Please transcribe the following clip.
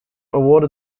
awarded